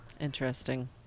Interesting